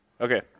Okay